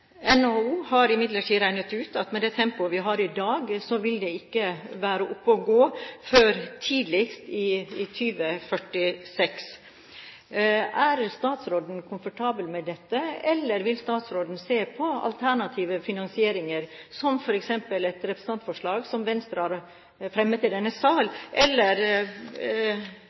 NHO har imidlertid regnet ut at med det tempoet vi har i dag, vil det ikke være oppe å gå før tidligst i 2046. Er statsråden komfortabel med dette, eller vil hun se på alternative finansieringer, som f.eks. et representantforslag som Venstre har fremmet i denne sal, eller